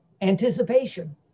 anticipation